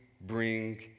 bring